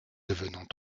devenant